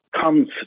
comes